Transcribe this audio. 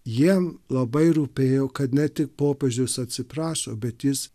jiem labai rūpėjo kad ne tik popiežius atsiprašo bet jis